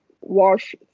wash